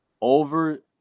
over